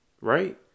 Right